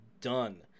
done